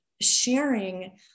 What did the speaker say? sharing